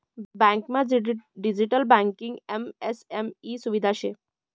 बँकमा digital banking MSME सुविधा शे